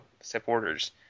supporters